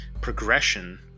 progression